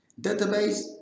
database